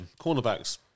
Cornerbacks